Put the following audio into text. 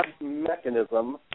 mechanism